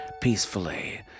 peacefully